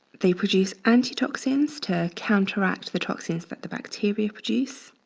they produce antitoxins to counteract the toxins that the bacteria produce.